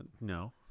No